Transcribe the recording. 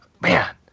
man